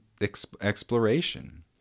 exploration